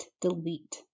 delete